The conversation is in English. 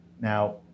Now